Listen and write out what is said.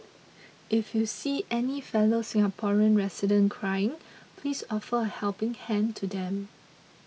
if you see any fellow Singaporean residents crying please offer a helping hand to them